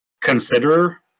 consider